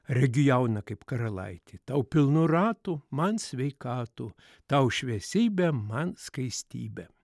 regiu jauną kaip karalaitį tau pilnų ratų man sveikatų tau šviesybę man skaistybę